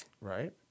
Right